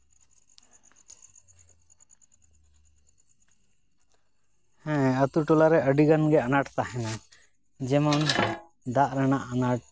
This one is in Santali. ᱦᱮᱸ ᱟᱛᱳ ᱴᱚᱞᱟ ᱨᱮ ᱟᱹᱰᱤ ᱜᱟᱱ ᱜᱮ ᱟᱱᱟᱴ ᱛᱟᱦᱮᱱᱟ ᱡᱮᱢᱚᱱ ᱫᱟᱜ ᱨᱮᱱᱟᱜ ᱟᱱᱟᱴ